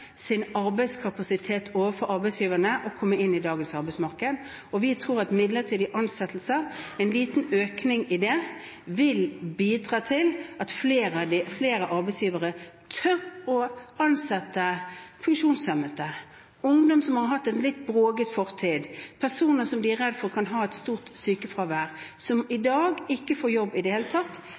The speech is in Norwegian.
sin arbeidskapasitet overfor arbeidsgiverne, å komme inn i dagens arbeidsmarked. Vi tror at en liten økning i midlertidige ansettelser vil bidra til at flere arbeidsgivere tør å ansette funksjonshemmede, ungdom som har hatt en litt broket fortid, og personer som de er redd for kan ha et stort sykefravær, som i dag ikke får jobb i det hele tatt.